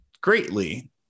greatly